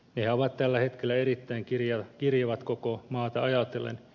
nehän ovat tällä hetkellä erittäin kirjavat koko maata ajatellen